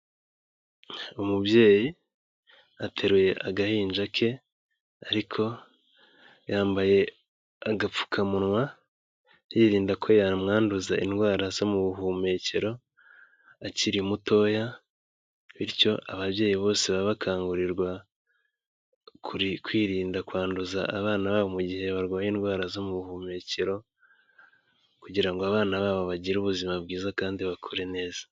Umubyeyi ateruye agahinja ke, ariko yambaye agapfukamunwa yirinda ko yamwanduza indwara zo mu buhumekero, akiri mutoya, bityo ababyeyi bose baba bakangurirwa kwirinda kwanduza abana babo mu gihe barwaye indwara zo mu buhumekero, kugira ngo abana babo bagire ubuzima bwiza kandi bakure neza.